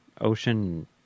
ocean